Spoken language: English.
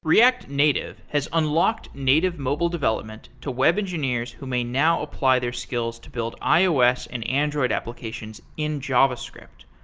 react native has unlocked native mobile development to web engineers who may now apply their skills to build ios and android applications in javascript.